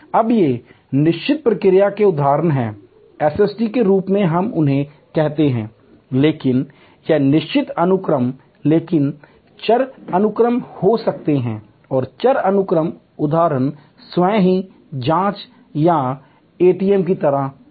अब ये निश्चित प्रतिक्रिया के उदाहरण हैं एसएसटी के रूप में हम उन्हें कहते हैं लेकिन या निश्चित अनुक्रम लेकिन चर अनुक्रम हो सकते हैं और चर अनुक्रम उदाहरण स्वयं की जाँच या एटीएम की तरह हैं